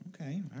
Okay